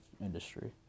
industry